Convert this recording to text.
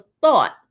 thought